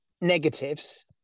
negatives